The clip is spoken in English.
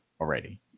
already